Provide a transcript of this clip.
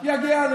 יגיע,